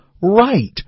right